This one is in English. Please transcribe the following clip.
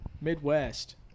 Midwest